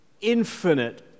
infinite